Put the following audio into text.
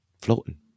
floating